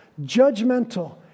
judgmental